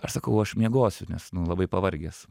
aš sakau aš miegosiu nes nu labai pavargęs